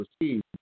received